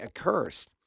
accursed